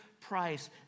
price